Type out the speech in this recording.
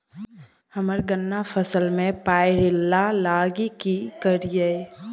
हम्मर गन्ना फसल मे पायरिल्ला लागि की करियै?